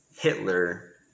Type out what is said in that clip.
Hitler